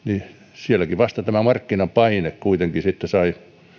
sielläkin vasta tämä markkinapaine kuitenkin sitten sai